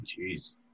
Jeez